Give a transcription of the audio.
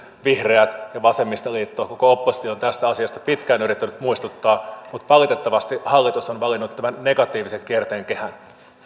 vihreät ja vasemmistoliitto koko oppositio on tästä asiasta pitkään yrittänyt muistuttaa mutta valitettavasti hallitus on valinnut tämän negatiivisen kierteen kehän